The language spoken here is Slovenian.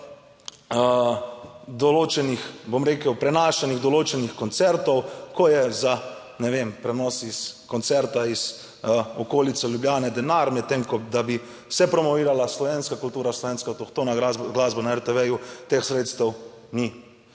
določenih, bom rekel, prenašanjih določenih koncertov, ko je za ne vem, prenos iz koncerta iz okolice Ljubljane denar, medtem ko, da bi se promovirala slovenska kultura, slovenska avtohtona glasba na RTV, teh sredstev ni.